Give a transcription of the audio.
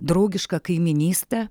draugišką kaimynystę